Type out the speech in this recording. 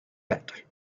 bit